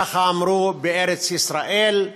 ככה אמרו, בארץ-ישראל,